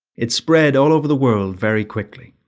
it spread all over the world very quickly.